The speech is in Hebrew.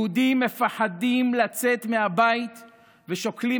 יהודים מפחדים לצאת מהבית ושוקלים